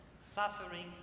Suffering